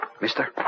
Mister